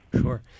Sure